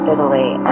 Italy